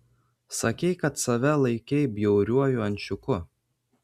sakei kad save laikei bjauriuoju ančiuku